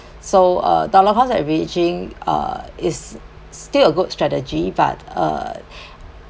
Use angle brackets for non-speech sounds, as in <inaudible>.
so uh dollar cost averaging uh is still a good strategy but uh <breath>